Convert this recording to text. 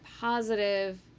positive